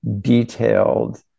detailed